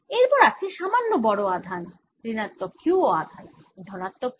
এরপর আছে সামান্য বড় আধান ঋণাত্মক q ও ধনাত্মক q